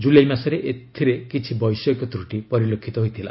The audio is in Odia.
ଜୁଲାଇ ମାସରେ ଏଥିରେ କିଛି ବୈଷୟିକ ତ୍ରଟି ପରିଲକ୍ଷିତ ହୋଇଥିଲା